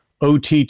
OTT